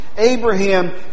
Abraham